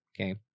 Okay